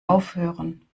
aufhören